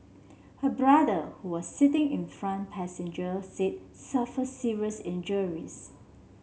her brother who was sitting in front passenger seat suffered serious injuries